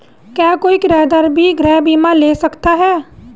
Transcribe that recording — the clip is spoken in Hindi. क्या कोई किराएदार भी गृह बीमा ले सकता है?